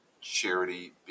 charity